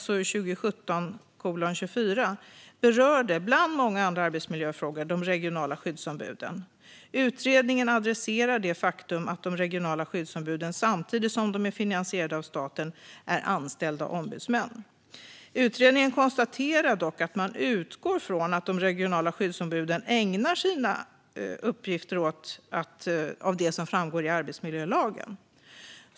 , SOU 2017:24, berörde bland många andra arbetsmiljöfrågor de regionala skyddsombuden. Utredningen adresserar det faktum att de regionala skyddsombuden samtidigt som de är finansierade av staten är anställda ombudsmän. Utredningen konstaterade dock att man utgår från att de regionala skyddsombuden ägnar sig åt de uppgifter som framgår av arbetsmiljölagen.